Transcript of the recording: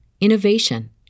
innovation